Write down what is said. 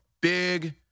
big